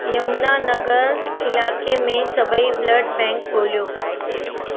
यमुनानगर इलाइक़े में सभई ब्लड बैंक ॻोल्हियो